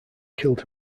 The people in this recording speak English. killed